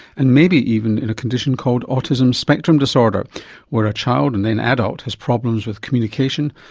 and maybe even in a condition called autism spectrum disorder where a child and then adult has problems with communication,